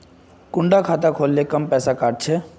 कुंडा खाता खोल ले कम पैसा काट छे?